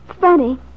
funny